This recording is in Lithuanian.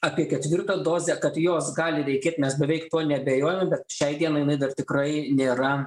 apie ketvirtą dozę kad jos gali reikėt mes beveik tuo neabejojame bet šiai dienai jinai dar tikrai nėra